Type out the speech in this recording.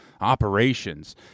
operations